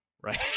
right